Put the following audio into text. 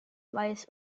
weiß